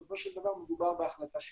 בסופו של דבר מדובר בהחלטה שיפוטית.